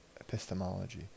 epistemology